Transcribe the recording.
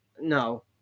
no